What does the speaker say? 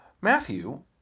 Matthew